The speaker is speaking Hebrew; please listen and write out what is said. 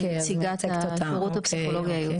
נציגת השירות הפסיכולוגי הייעוצי,